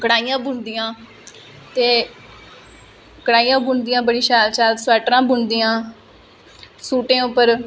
ओह् ऐ मोटीबेशन होई गेई जियां केंई बारी केईं बारी जेहडे़ अपने आर्टिस्ट होंदे उंहे बेचारे गी मोटीवेशन मिलदी ऐ